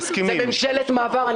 זה ממשלת מעבר.